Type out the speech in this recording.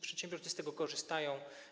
Przedsiębiorcy z tego korzystają.